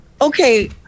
Okay